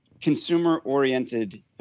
consumer-oriented